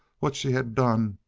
what she had done,